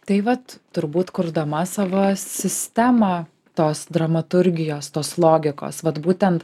tai vat turbūt kurdama savo sistemą tos dramaturgijos tos logikos vat būtent